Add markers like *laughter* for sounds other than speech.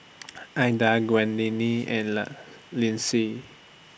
*noise* Ilda *unintelligible* and *unintelligible* Lindsey